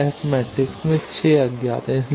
तो S matrix में 6 अज्ञात हैं